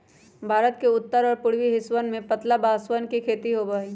भारत के उत्तर और पूर्वी हिस्सवन में पतला बांसवन के खेती होबा हई